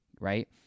right